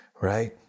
Right